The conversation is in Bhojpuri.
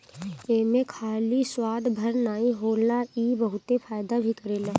एमे खाली स्वाद भर नाइ होला इ बहुते फायदा भी करेला